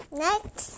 next